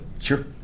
Sure